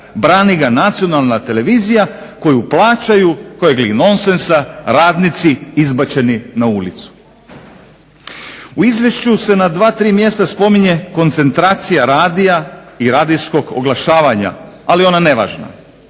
brani ga nacionalna televizija koju plaćaju, kojeg li non sensa radnici izbačeni na ulici. U Izvješću se na dva, tri mjesta spominje koncentracija radija i radijskog oglašavanja ali ona nevažna.